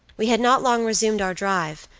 we had not long resumed our drive,